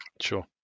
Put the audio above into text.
Sure